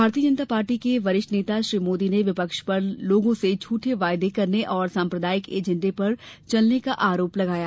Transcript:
भारतीय जनता पार्टी के वरिष्ठ नेता श्री मोदी ने विपक्ष पर लोगों से झठे वायदे करने और सांप्रदायिक एजेंडे पर चलने का आरोप लगाया